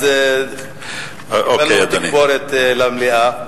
אז קיבלנו תגבורת למליאה.